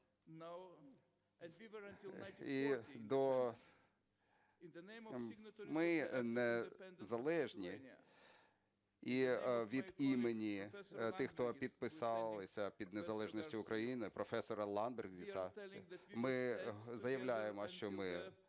Ми незалежні, і від імені тих, хто підписалися під незалежністю України, професора Ландсбергіса, ми заявляємо, що ми